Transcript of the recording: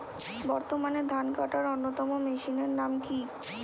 বর্তমানে ধান কাটার অন্যতম মেশিনের নাম কি?